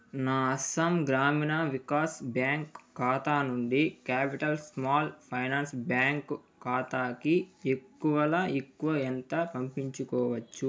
నా అస్సాం గ్రామీణ వికాస్ బ్యాంక్ ఖాతా నుండి క్యాపిటల్ స్మాల్ ఫైనాన్స్ బ్యాంక్ ఖాతాకి ఎక్కువలో ఎక్కువ ఎంత పంపించుకోవచ్చు